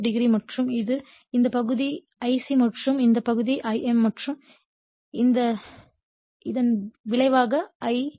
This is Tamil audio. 5 o மற்றும் இது இந்த பகுதி ஐசி மற்றும் இந்த பகுதி Im மற்றும் இது இதன் விளைவாக I0